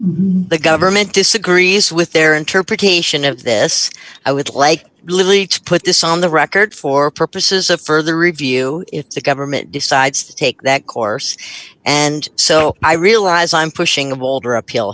the government disagrees with their interpretation of this i would like leach put this on the record for purposes of further review if the government decides to take that course and so i realize i'm pushing a boulder appeal